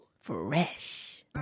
Fresh